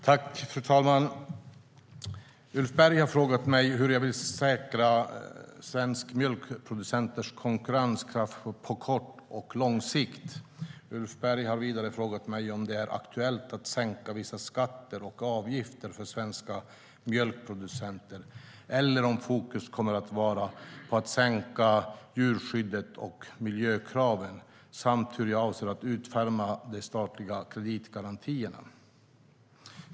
Fru talman! Ulf Berg har frågat mig hur jag vill säkra svenska mjölkproducenters konkurrenskraft på kort och lång sikt. Ulf Berg har vidare frågat mig om det är aktuellt att sänka vissa skatter och avgifter för svenska mjölkproducenter eller om fokus kommer att vara på att sänka djurskyddet och miljökraven samt hur jag avser att utforma de statliga kreditgarantierna.